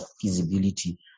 feasibility